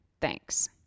Thanks